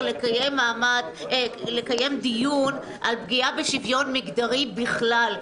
לקיים דיון על פגיעה בשוויון מגדרי בכלל,